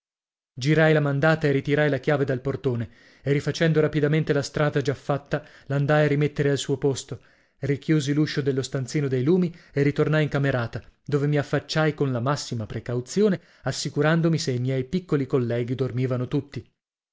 girai la mandata e ritirai la chiave dal portone e rifacendo rapidamente la strada già fatta l'andai a rimettere al suo posto richiusi l'uscio dello stanzino dei lumi e ritornai in camerata dove mi affacciai con la massima precauzione assicurandomi se i miei piccoli colleghi dormivano tutti